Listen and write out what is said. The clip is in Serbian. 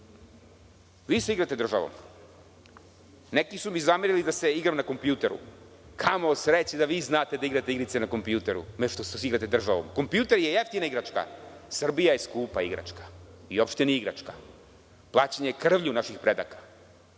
se igrate državom. Neki su mi zamerili da se igram na kompjuteru. Kamo sreće da vi znate da igrate igrice na kompjuteru, umesto što se igrate sa državom. Kompjuter je jeftina igračka. Srbija je skupa igračka i uopšte nije igračka. Plaćena je krvlju naših predaka.